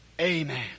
Amen